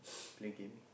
play game